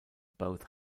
both